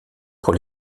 pour